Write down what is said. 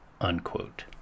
unquote